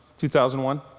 2001